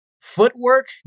footwork